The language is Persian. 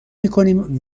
میکنیم